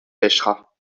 pêchera